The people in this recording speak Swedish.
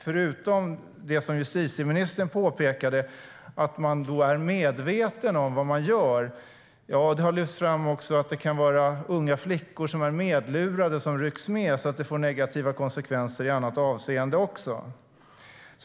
Förutom det som justitieministern har påpekat om att vara medveten om vad som sker har det till exempel lyfts fram att unga flickor luras och rycks med, vilket ger negativa konsekvenser i annat avseende.